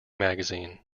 magazine